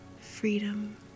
freedom